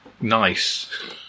nice